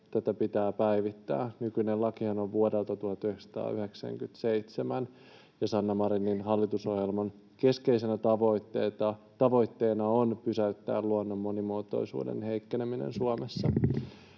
tätä pitää päivittää. Nykyinen lakihan on vuodelta 1997, ja Sanna Marinin hallitusohjelman keskeisenä tavoitteena on pysäyttää luonnon monimuotoisuuden heikkeneminen Suomessa.